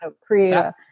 create